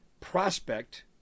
Prospect